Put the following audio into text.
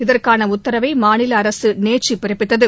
இதற்கான உத்தரவை மாநில அரசு நேற்று பிறப்பித்தது